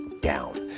down